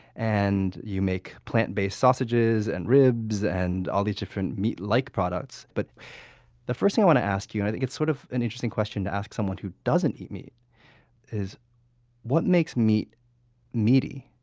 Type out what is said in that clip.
and you make plant-based sausages, and ribs and all these different meat-like like products but the first thing i want to ask you and i think it's sort of an interesting question to ask someone who doesn't eat meat is what makes meat meaty?